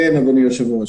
כן, אדוני היושב-ראש.